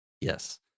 Yes